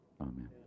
Amen